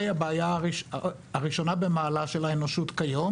הבעיה הראשונה במעלה של האנושות כיום